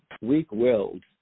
weak-willed